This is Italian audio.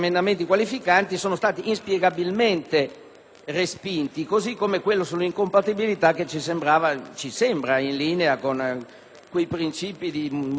così come quello sull'incompatibilità, che ci sembra in linea con i principi di moralità e di distinzione di cui stiamo tanto parlando.